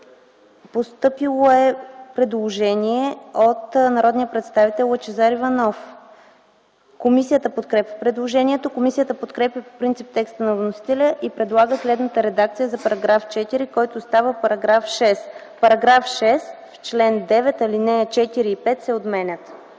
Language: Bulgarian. Постъпило е предложение от народния представител Лъчезар Иванов. Комисията подкрепя предложението. Комисията подкрепя по принцип текста на вносителя и предлага следната редакция за § 4, който става § 6: „§ 6. В чл. 9, ал. 4 и 5 се отменят.”